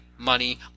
money